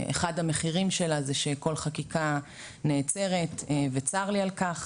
אחד המחירים שלה זה שכל חקיקה נעצרת וצר לי על כך,